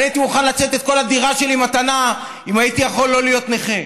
הייתי מוכן לתת את כל הדירה שלי מתנה אם הייתי יכול לא להיות נכה.